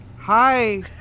hi